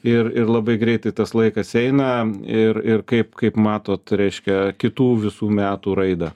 ir ir labai greitai tas laikas eina ir ir kaip kaip matot reiškia kitų visų metų raidą